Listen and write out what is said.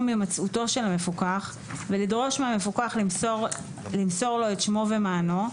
הימצאותו של המפוקח ולדרוש מהמפוקח למסור לו את שמו ומענו,